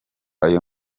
ayo